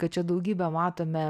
kad čia daugybę matome